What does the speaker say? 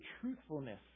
truthfulness